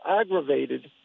aggravated